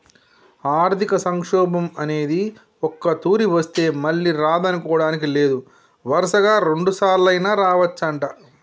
ఆర్థిక సంక్షోభం అనేది ఒక్కతూరి వస్తే మళ్ళీ రాదనుకోడానికి లేదు వరుసగా రెండుసార్లైనా రావచ్చంట